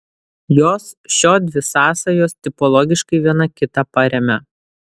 jos šiodvi sąsajos tipologiškai viena kitą paremia